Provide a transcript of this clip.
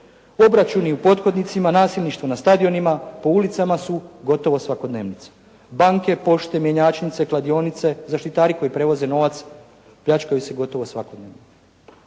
Obračuni u po hodnicima, nasilništvo na stadionima, po ulicama su gotovo svakodnevnica. Banke, pošte, mjenjačnice, kladionice, zaštitari koji prijevoze novac pljačkaju se gotovo svakodnevno.